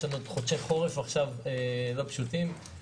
יש לנו עוד חודשי חורף עכשיו לא פשוטים.